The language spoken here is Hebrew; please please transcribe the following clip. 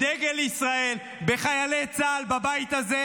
בדגל ישראל, בחיילי צה"ל, בבית הזה.